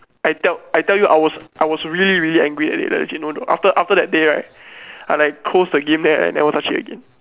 I tell I tell you I was I was really really angry already legit no joke after after that day right I like close the game and I then never touch it again